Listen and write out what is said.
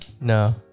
no